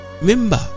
remember